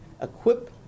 Equip